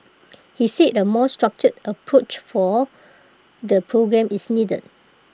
he said A more structured approach for the programme is needed